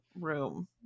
room